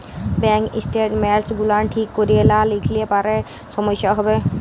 bank statements গুলান ঠিক ক্যরে লা লিখলে পারে সমস্যা হ্যবে